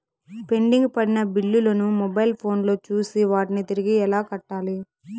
pending పడిన బిల్లులు ను మొబైల్ ఫోను లో చూసి వాటిని తిరిగి ఎలా కట్టాలి